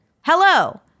Hello